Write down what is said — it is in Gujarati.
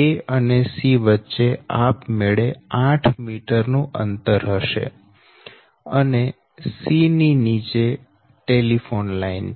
a અને c વચ્ચે આપમેળે 8 મીટર નું અંતર હશે અને c ની નીચે ટેલિફોન લાઈન છે